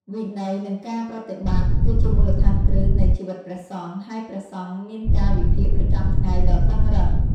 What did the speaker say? វិន័យ និងការប្រតិបត្តិ គឺជាមូលដ្ឋានគ្រឹះនៃជីវិតព្រះសង្ឃ ហើយព្រះសង្ឃមានកាលវិភាគប្រចាំថ្ងៃដ៏តឹងរ៉ឹង។